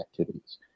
activities